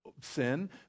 sin